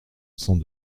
cent